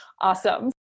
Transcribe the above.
awesome